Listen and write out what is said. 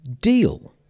deal